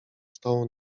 stołu